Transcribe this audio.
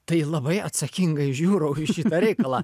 tai labai atsakingai žiūrau į šitą reikalą